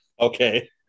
Okay